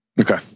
Okay